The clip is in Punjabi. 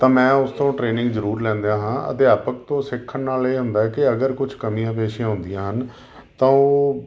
ਤਾਂ ਮੈਂ ਉਸ ਤੋਂ ਟ੍ਰੇਨਿੰਗ ਜ਼ਰੂਰ ਲੈਂਦਾ ਹਾਂ ਅਧਿਆਪਕ ਤੋਂ ਸਿੱਖਣ ਨਾਲ ਇਹ ਹੁੰਦਾ ਕਿ ਅਗਰ ਕੁਛ ਕਮੀਆਂ ਪੇਸ਼ੀਆਂ ਹੁੰਦੀਆਂ ਹਨ ਤਾਂ ਉਹ